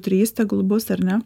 trys tegul bus ar ne